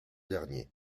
dernier